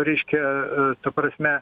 reiškia ta prasme